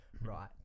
right